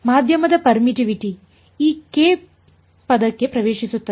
ಮಾಧ್ಯಮದ ಪೇರ್ಮಿಟ್ಟಿವಿಟಿ ಈ ಕೆ ಪದಕ್ಕೆ ಪ್ರವೇಶಿಸುತ್ತದೆ